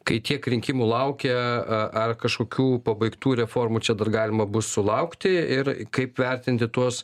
kai tiek rinkimų laukia a ar kažkokių pabaigtų reformų čia dar galima bus sulaukti ir kaip vertinti tuos